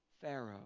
Pharaoh